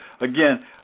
Again